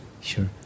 Sure